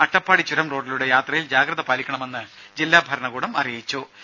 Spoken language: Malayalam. അട്ടപ്പാടി ചുരം റോഡിലൂടെ യാത്രയിൽ ജാഗ്രത പാലിക്കണമെന്ന് ജില്ലാ ഭരണകൂടം മുന്നറിയിപ്പ് നൽകി